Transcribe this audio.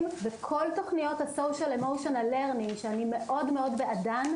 וכל תוכניות ה- Social emotion learning שאני מאוד מאוד בעדן,